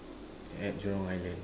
at Jurong island